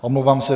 Omlouvám se.